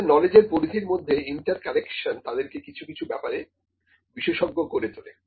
তাদের নলেজের পরিধির মধ্যে ইন্টার কানেকশন তাদেরকে কিছু কিছু ব্যাপারে বিশেষজ্ঞ করে তোলে